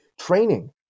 training